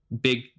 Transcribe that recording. Big